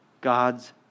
God's